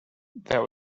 that